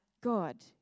God